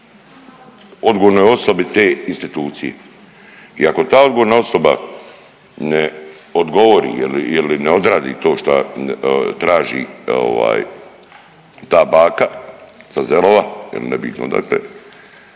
odgovornoj osobi te institucije. I ako ta odgovorna osoba ne odgovori ili ne odradi to šta traži ovaj ta baka sa Zelova ili nebitno odakle,